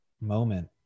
moment